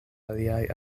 aliaj